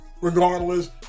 regardless